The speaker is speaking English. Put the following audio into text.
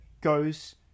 goes